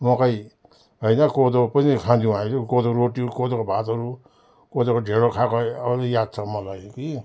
मकै होइन कोदो पनि खान्थ्यौँ हामी कोदो रोटी कोदोको भातहरू कोदोको ढिँडोहरू खाएको अझ याद छ मलाई कि